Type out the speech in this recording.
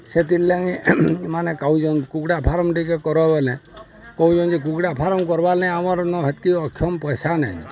ସେଥିର୍ଲାଗି ମାନେ କହୁଚନ୍ କୁକୁଡ଼ା ଫାର୍ମ୍ ଟିକେ କର ବଏଲେ କହୁଚନ୍ ଯେ କୁକୁଡ଼ା ଫାର୍ମ୍ କର୍ବାର୍ ଲାଗି ଆମର୍ନ ହେତ୍କି ଅକ୍ଷମ ପଏସା ନାଇନ